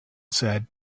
said